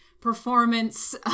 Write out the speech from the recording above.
performance